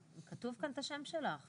כתוב כאן את השם שלך.